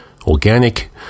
Organic